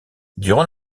durant